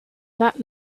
that